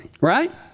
right